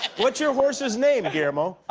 what's your horse's name, guillermo?